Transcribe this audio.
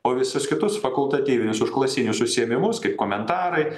o visus kitus fakultatyvinius užklasinius užsiėmimus kaip komentarai